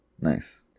Nice